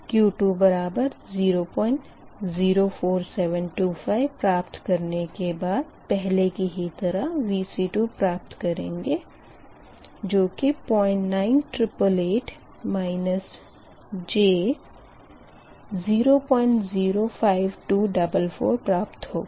Q2 बराबर 004725 प्राप्त करने के बाद पहले ही की तरह Vc2 प्राप्त करेंगे जो कि 09888 j 005244 प्राप्त होगा